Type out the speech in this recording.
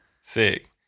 sick